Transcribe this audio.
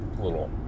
Little